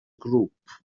grŵp